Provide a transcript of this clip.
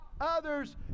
others